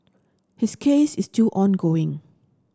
his case is still ongoing